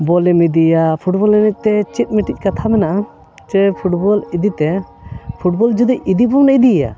ᱵᱚᱞᱮᱢ ᱤᱫᱤᱭᱟ ᱯᱷᱩᱴᱵᱚᱞ ᱮᱱᱮᱡ ᱛᱮ ᱪᱮᱫ ᱢᱤᱫᱴᱤᱡ ᱠᱟᱛᱷᱟ ᱢᱮᱱᱟᱜᱼᱟ ᱡᱮ ᱯᱷᱩᱴᱵᱚᱞ ᱤᱫᱤ ᱛᱮ ᱯᱷᱩᱴᱵᱚᱞ ᱡᱩᱫᱤ ᱤᱫᱤ ᱵᱚᱱ ᱤᱫᱤᱭᱟ